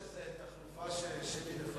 יש איזו החלפה, שלי לפני.